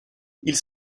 ils